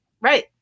Right